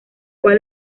cual